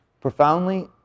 Profoundly